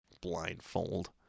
Blindfold